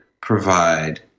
provide